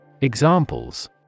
Examples